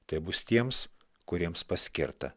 tai bus tiems kuriems paskirta